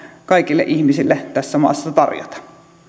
kaikille ihmiselle tässä maassa tarjota